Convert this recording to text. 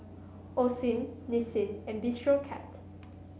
Osim Nissin and Bistro Cat